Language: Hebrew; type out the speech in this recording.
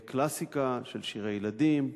קלאסיקה של שירי ילדים,